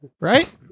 Right